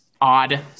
odd